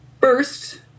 First